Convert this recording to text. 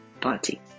party